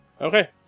okay